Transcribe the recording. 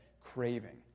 craving